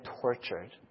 tortured